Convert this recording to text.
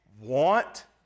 want